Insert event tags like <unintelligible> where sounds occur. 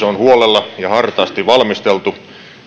<unintelligible> on huolella ja hartaasti valmisteltu